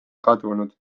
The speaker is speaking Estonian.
kadunud